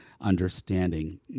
understanding